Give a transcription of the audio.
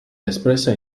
espressa